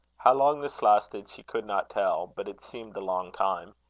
how long this lasted she could not tell, but it seemed a long time.